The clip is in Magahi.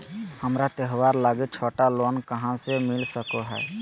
हमरा त्योहार लागि छोटा लोन कहाँ से मिल सको हइ?